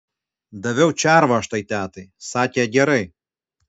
daviau červą aš tai tetai sakė gerai